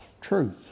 truth